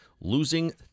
losing